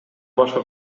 башка